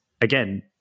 again